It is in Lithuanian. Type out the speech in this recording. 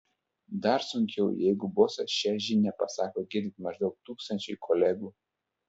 dar sunkiau jeigu bosas šią žinią pasako girdint maždaug tūkstančiui kolegų